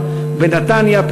בנתניה,